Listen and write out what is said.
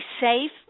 safe